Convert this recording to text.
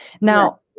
Now